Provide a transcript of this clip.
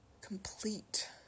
complete